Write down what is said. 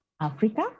Africa